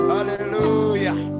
Hallelujah